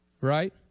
Right